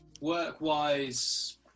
work-wise